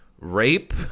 rape